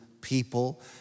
people